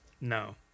No